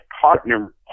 partner